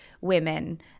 women